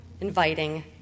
inviting